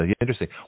Interesting